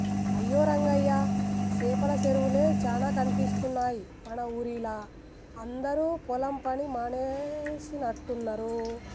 అయ్యో రంగయ్య సేపల సెరువులే చానా కనిపిస్తున్నాయి మన ఊరిలా అందరు పొలం పని మానేసినట్టున్నరు